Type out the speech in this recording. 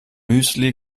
müsli